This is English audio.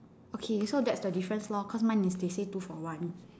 okay so that's the difference lor cause mine is they say two for one